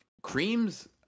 Creams